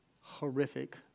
horrific